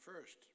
first